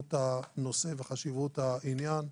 חשיבות הנושא וחשיבות העניין,